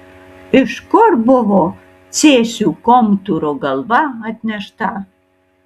iš kur buvo cėsių komtūro galva atnešta